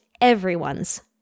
everyone's